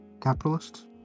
capitalists